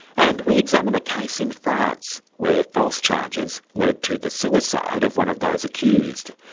and we examine a case in france where false charges led to the suicide of one of those accused.